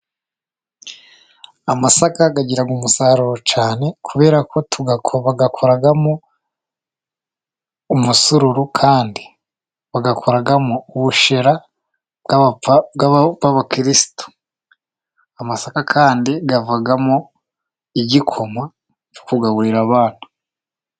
Amasaka agira umusaruro cyane, kubera ko bayakoramo umusururu, kandi bayakoramo ubushera bw'abakirisitu. Amasaka kandi avamo igikoma cyo kugaburira abana.